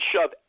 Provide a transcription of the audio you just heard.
shove